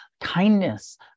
kindness